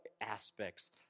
aspects